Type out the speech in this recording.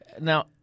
Now